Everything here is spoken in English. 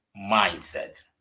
mindset